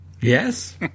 Yes